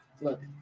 Look